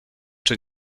czy